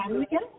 Again